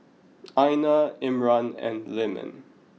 Aina Imran and Leman